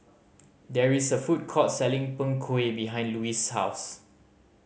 there is a food court selling Png Kueh behind Louise's house